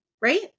right